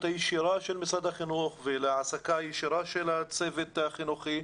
הישירה של משרד החינוך ולהעסקה ישירה של הצוות החינוכי.